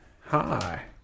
Hi